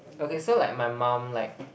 okay so like my mum like